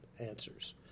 answers